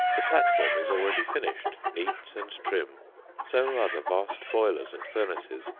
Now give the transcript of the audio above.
the platform is already finished, neat and trim so are the vast boilers and furnaces,